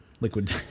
Liquid